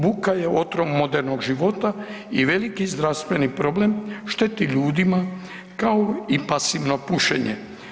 Buka je otrov modernog života i veliki zdravstveni problem, šteti ljudima kao i pasivno pušenje.